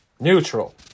neutral